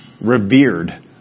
revered